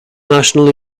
national